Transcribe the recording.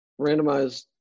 randomized